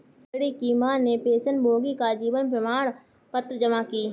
रोहिणी की माँ ने पेंशनभोगी का जीवन प्रमाण पत्र जमा की